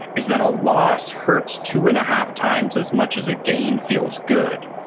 is that a loss hurts two and a half times as much as a gain feels good.